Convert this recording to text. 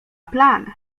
plan